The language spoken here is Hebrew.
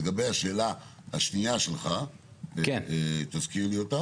לגבי השאלה השנייה שלך, תזכיר לי אותה.